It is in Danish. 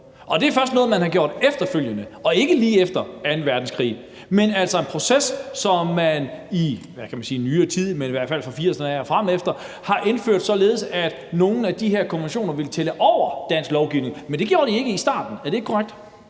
og at det først er noget, man har gjort efterfølgende og ikke lige efter anden verdenskrig, altså at det er en proces, hvor man i, hvad kan man sige, nyere tid, i hvert fald fra 1980'erne af og fremefter, har indført, at nogle af de her konventioner ville tælle over dansk lovgivning. Men det gjorde de ikke i starten, er det ikke korrekt?